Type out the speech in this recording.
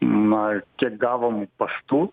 na kiek gavom paštu